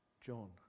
John